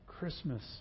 Christmas